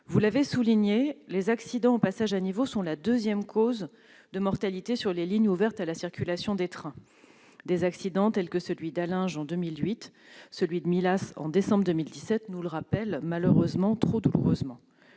Vous l'avez souligné, les accidents aux passages à niveau sont la deuxième cause de mortalité sur les lignes ouvertes à la circulation des trains. Des accidents tels que celui d'Allinges en 2008, celui de Millas en décembre 2017, nous le rappellent malheureusement trop douloureusement.